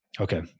Okay